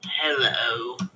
Hello